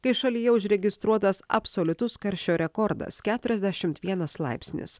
kai šalyje užregistruotas absoliutus karščio rekordas keturiasdešimt vienas laipsnis